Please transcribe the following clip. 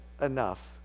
enough